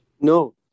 No